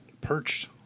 Perched